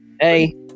Hey